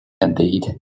Indeed